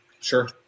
Sure